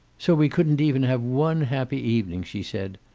so we couldn't even have one happy evening! she said.